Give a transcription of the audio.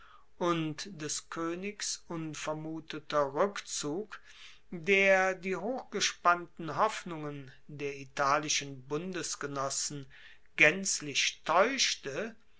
und des koenigs unvermuteter rueckzug der die hochgespannten hoffnungen der italischen bundesgenossen gaenzlich taeuschte